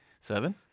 Seven